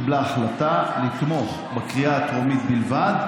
קיבלה החלטה לתמוך בקריאה הטרומית בלבד,